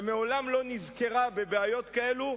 ומעולם לא נזכרה בבעיות כאלו,